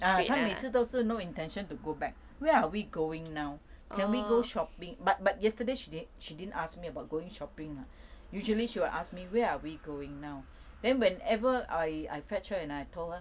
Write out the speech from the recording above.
ah 她每次都是 no intention to go back where are we going now can we go shopping but but yesterday she did~ she didn't ask me about going shopping usually she will ask me where are we going now then whenever I fetch her and I told her